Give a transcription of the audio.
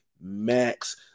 Max